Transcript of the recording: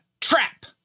trap